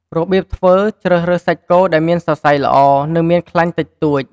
របៀបធ្វើ ជ្រើសរើសសាច់គោដែលមានសរសៃល្អ និងមានខ្លាញ់តិចតួច។